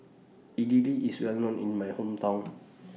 Idili IS Well known in My Hometown